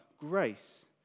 Grace